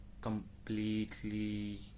completely